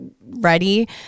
ready